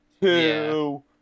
two